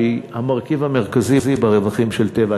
שהיא המרכיב המרכזי ברווחים של "טבע".